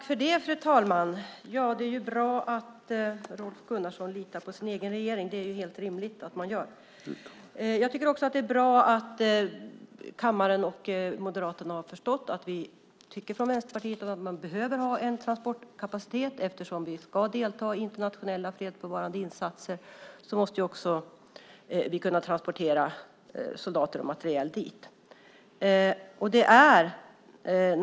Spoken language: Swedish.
Fru talman! Det är bra att Rolf Gunnarsson litar på sin egen regering. Det är ju helt rimligt att man gör det. Jag tycker också att det är bra att kammaren och Moderaterna har förstått att Vänsterpartiet tycker att vi behöver ha en transportkapacitet. Eftersom vi ska delta i internationella fredsbevarande insatser måste soldater och materiel kunna transporteras dit.